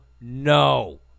no